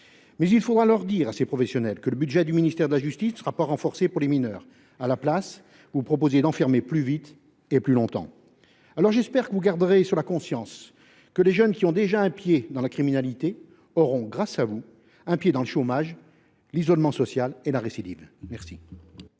Il faudra dire à ces professionnels que le budget du ministère de la justice ne sera pas renforcé pour ce qui concerne la justice des mineurs ! À la place, vous proposez d’enfermer plus vite et plus longtemps… J’espère que vous garderez sur la conscience le fait que les jeunes, qui ont déjà un pied dans la criminalité, auront, grâce à vous, un pied dans le chômage, l’isolement social et la récidive !